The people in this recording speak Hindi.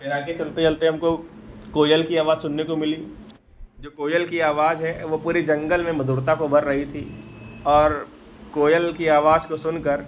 फिर आगे चलते चलते हमको कोयल की आवाज़ सुनने को मिली जो कोयल की आवाज़ है वह पूरे जंगल में मधुरता को भर रही थी और कोयल की आवाज़ को सुनकर